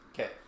Okay